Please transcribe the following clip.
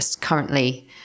currently